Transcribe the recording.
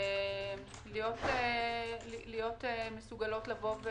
להיות מסוגלות לבוא-